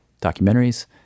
documentaries